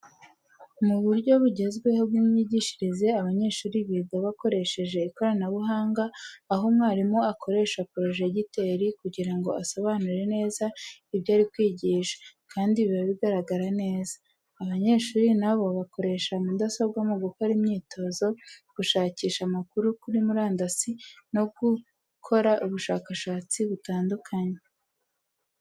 Mu buryo bugezweho bw'imyigishirize, abanyeshuri biga bakoresheje ikoranabuhanga aho umwarimu akoresha porojegiteri kugira ngo asobanure neza ibyo ari kwigisha, kandi biba bigaragara neza. Abanyeshuri na bo bakoresha mudasobwa mu gukora imyitozo, gushakisha amakuru kuri murandasi no gukora ubushakashatsi butandukanye.